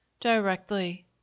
Directly